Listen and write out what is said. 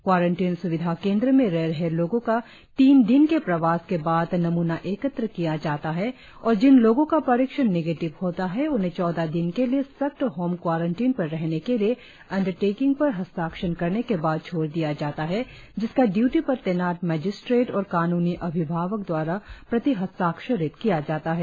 quarantine स्विधा केंद्र में रह रहे लोगो का तीन दिन के प्रवास के बाद नमूना एकत्र किया जाता है और जिन लोगो का परीक्षण निगेटीव होता है उन्हें चौदह दिन के लिए सख्त होम क्वारंटीन पर रहने के लिए अंडरटेकिंग पर हस्ताक्षर करने के बाद छोड़ दिया जाता है जिसका ड्यूटी पर तैनात मजिस्ट्रेड और कानूनी अभिभावक द्वारा प्रतिहस्ताक्षरित किया जाता है